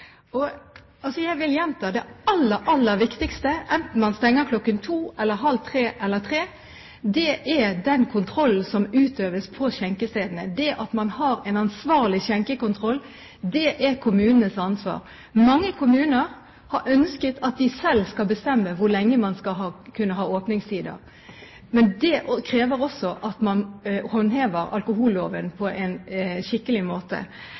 Jeg vil gjenta at det aller, aller viktigste – enten man stenger kl. 02, kl. 02.30 eller kl. 03 – er den kontrollen som utøves på skjenkestedene. Det at man har en ansvarlig skjenkekontroll, er kommunenes ansvar. Mange kommuner har ønsket at de selv skal bestemme hvor lenge man skal kunne ha åpent. Men det krever også at man håndhever alkoholloven på en skikkelig måte.